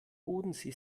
bodensee